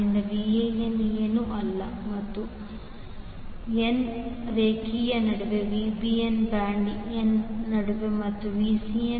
ಆದ್ದರಿಂದ Vanಏನೂ ಅಲ್ಲ ಮತ್ತು ಆಂಡ್ n ಮತ್ತು ರೇಖೆಗಳ ನಡುವೆ Vbnಬ್ಯಾಂಡ್ ಎನ್ ನಡುವೆ ಮತ್ತು Vcn